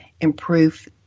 improve